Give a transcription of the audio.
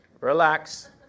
relax